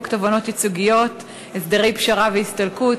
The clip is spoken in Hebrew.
תובענות ייצוגיות (הסדרי פשרה והסתלקות).